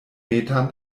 metern